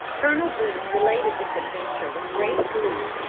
colonel boone related this adventure with great glee,